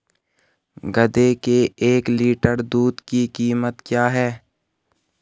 गधे के एक लीटर दूध की कीमत क्या है?